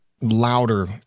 louder